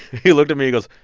he looked at me. he goes,